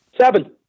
Seven